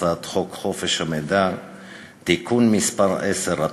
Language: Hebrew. הצעת חוק חופש המידע (תיקון מס' 10),